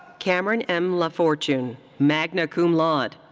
cameron m. lafortune, magna cum laude.